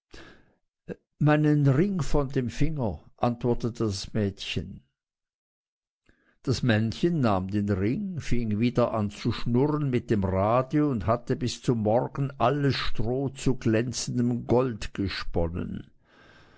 meinen ring von dem finger antwortete das mädchen das männchen nahm den ring fing wieder an zu schnurren mit dem rade und hatte bis zum morgen alles stroh zu glänzendem gold gesponnen